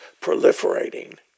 proliferating